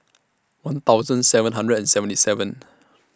one thousand seven hundred and seventy seven